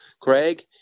Craig